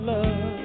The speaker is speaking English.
Love